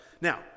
Now